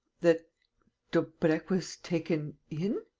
that daubrecq was taken in?